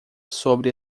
sobre